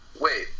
Wait